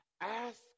ask